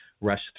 rush